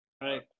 Right